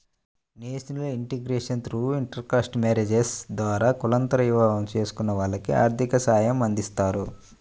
national integration through intercaste marriages ద్వారా కులాంతర వివాహం చేసుకున్న వాళ్లకి ఆర్థిక సాయమందిస్తారు